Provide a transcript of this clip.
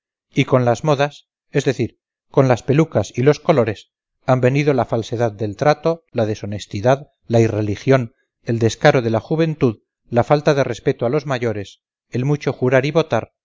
y con las modas es decir con las pelucas y los colores han venido la falsedad del trato la deshonestidad la irreligión el descaro de la juventud la falta de respeto a los mayores el mucho jurar y votar